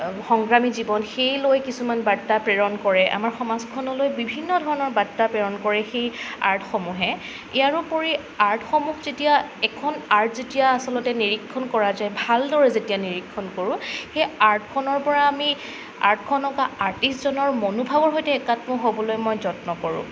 সংগ্ৰামী জীৱন সেই লৈ কিছুমান বাৰ্তা প্ৰেৰণ কৰে আমাৰ সমাজখনলৈ বিভিন্ন ধৰণৰ বাৰ্তা প্ৰেৰণ কৰে সেই আৰ্টসমূহে ইয়াৰ উপৰি আৰ্টসমূহ যেতিয়া এখন আৰ্ট যেতিয়া আচলতে নিৰীক্ষণ কৰা যায় ভালদৰে যেতিয়া নিৰীক্ষণ কৰোঁ সেই আৰ্টখনৰপৰা আমি আৰ্টখনক বা আৰ্টিষ্টজনৰ মনোভাবৰ সৈতে একাত্ম হ'বলৈ মই যত্ন কৰোঁ